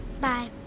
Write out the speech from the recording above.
bye